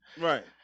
Right